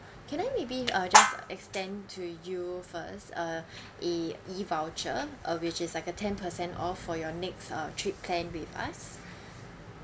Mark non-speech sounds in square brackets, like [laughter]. can I maybe uh just extend to you first uh [breath] a E voucher uh which is like a ten percent off for your next uh trip plan with us